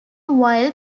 while